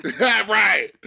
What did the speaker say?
Right